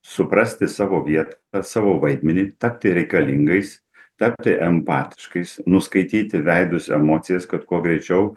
suprasti savo vietą savo vaidmenį tapti reikalingais tapti empatiškais nuskaityti veidus emocijas kad kuo greičiau